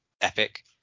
epic